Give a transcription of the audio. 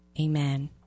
Amen